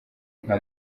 nka